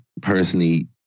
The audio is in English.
Personally